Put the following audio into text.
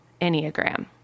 Enneagram